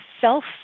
self